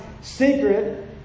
secret